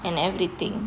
and everything